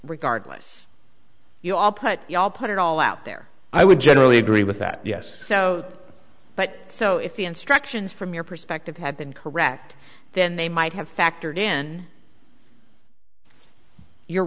regardless you all put you all put it all out there i would generally agree with that yes so but so if the instructions from your perspective have been correct then they might have factored in your